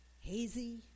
hazy